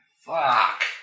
Fuck